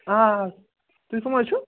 آ آ تُہۍ کٕم حظ چھُو